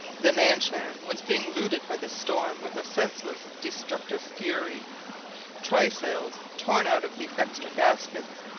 the nan-shan was being looted by the storm with a senseless, destructive fury trysails torn out of the extra gaskets,